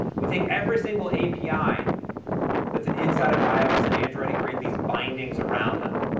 we take every single api that's inside of ios and android and create these bindings around them.